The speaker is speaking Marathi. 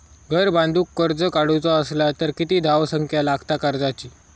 घर बांधूक कर्ज काढूचा असला तर किती धावसंख्या लागता कर्जाची?